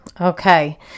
okay